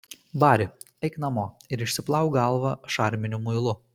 bari eik namo ir išsiplauk galvą šarminiu muilu